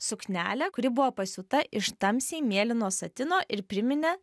suknelę kuri buvo pasiūta iš tamsiai mėlyno satino ir priminė